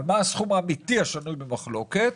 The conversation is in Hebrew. מה הסכום האמיתי השנוי במחלוקת?